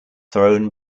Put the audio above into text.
thrown